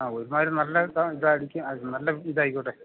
ആ ഒരുമാതിരി നല്ല നല്ല ഇതായിക്കോട്ടെ